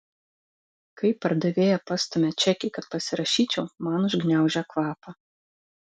kai pardavėja pastumia čekį kad pasirašyčiau man užgniaužia kvapą